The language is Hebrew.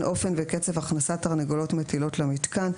אופן וקצב הכנסת תרנגולות מטילות למיתקן.